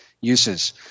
uses